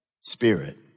Spirit